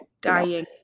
Dying